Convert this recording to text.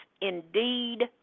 indeed